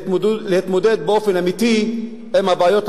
להתמודד באופן אמיתי עם הבעיות הקשות.